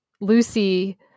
Lucy